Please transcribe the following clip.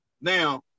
now